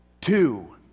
Two